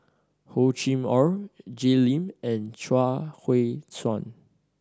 Hor Chim Or Jay Lim and Chuang Hui Tsuan